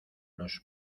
los